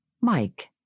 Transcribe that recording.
Mike